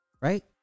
Right